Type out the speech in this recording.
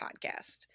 podcast